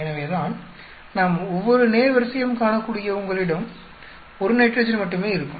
எனவேதான் நாம் ஒவ்வொரு நேர்வரிசையிலும் காணக்கூடியபடி உங்களிடம் 1 நைட்ரஜன் மட்டுமே இருக்கும்